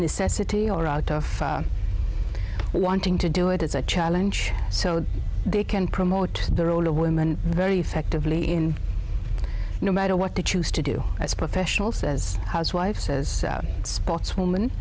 necessity or out of wanting to do it it's a challenge so they can promote the role of women very effectively in no matter what they choose to do as a professional says housewife says sportswoman